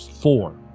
Four